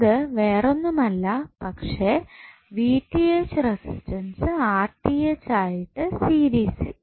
അത് വേറൊന്നുമല്ല പക്ഷെ റസിസ്റ്റൻസ് ആയിട്ട് സീരീസിൽ